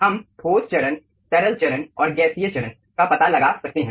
हम ठोस चरण तरल चरण और गैसीय चरण का पता लगा सकते हैं